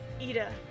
Ida